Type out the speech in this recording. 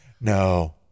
no